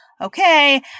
Okay